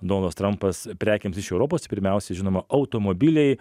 donaldas trampas prekėms iš europos pirmiausia žinoma automobiliai